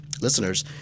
listeners